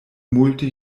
multe